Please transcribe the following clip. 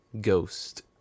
ghost